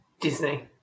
Disney